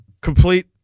Complete